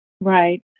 Right